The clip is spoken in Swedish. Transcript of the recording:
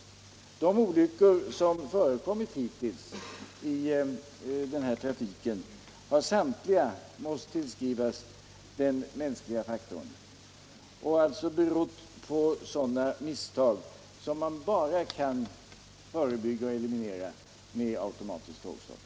Samtliga olyckor som hittills förekommit i denna trafik har måst tillskrivas den mänskliga faktorn, och de har alltså berott på sådana misstag som bara kan förebyggas eller elimineras med automatiskt tågstopp.